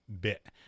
bit